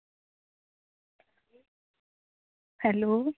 hello